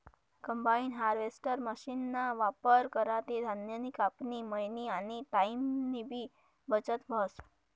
combine harvester मशीनना वापर करा ते धान्यनी कापनी, मयनी आनी टाईमनीबी बचत व्हस